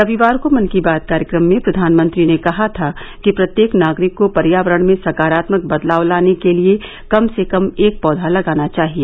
रविवार को मन की बात कार्यक्रम में प्रघानमंत्री ने कहा था कि प्रत्येक नागरिक को पर्यावरण में सकारात्माक बदलाव लाने के लिए कम से कम एक पौधा लगाना चाहिए